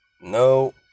No